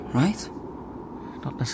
right